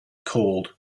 called